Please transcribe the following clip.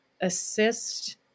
assist